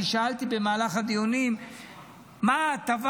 אני שאלתי במהלך הדיונים מה ההטבה